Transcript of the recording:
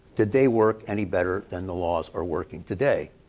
did they work any better than the laws are working today?